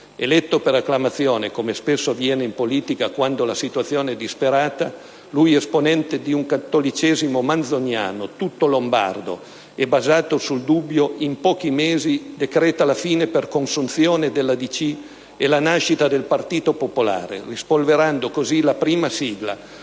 Eletto per acclamazione - come spesso avviene in politica quando la situazione è disperata - lui, esponente di un cattolicesimo manzoniano tutto lombardo e basato sul dubbio, in pochi mesi decreta la fine per consunzione della DC e la nascita del Partito Popolare, rispolverando così la prima sigla